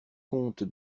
comte